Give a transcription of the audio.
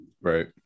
right